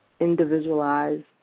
individualized